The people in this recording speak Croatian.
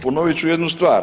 Ponovit ću jednu stvar.